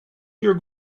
your